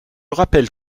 rappelle